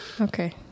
Okay